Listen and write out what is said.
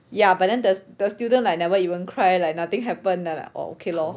ya but then the the student like never even cry like nothing happen ya lah orh okay lor